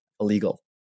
illegal